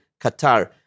Qatar